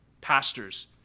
Pastors